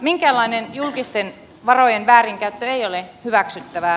minkäänlainen julkisten varojen väärinkäyttö ei ole hyväksyttävää